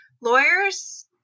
lawyers